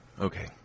Okay